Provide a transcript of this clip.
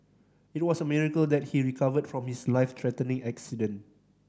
it was a miracle that he recovered from his life threatening accident